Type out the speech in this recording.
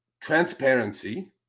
transparency